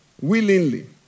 willingly